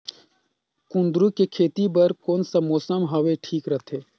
कुंदूरु के खेती बर कौन सा मौसम हवे ठीक रथे?